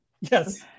Yes